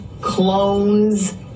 clones